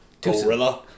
Gorilla